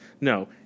No